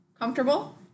comfortable